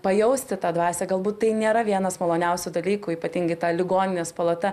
pajausti tą dvasią galbūt tai nėra vienas maloniausių dalykų ypatingi ta ligoninės palata